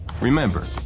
Remember